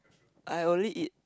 I only eat